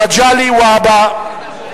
מגלי והבה,